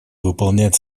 выполнять